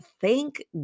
thank